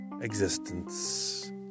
existence